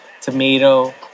tomato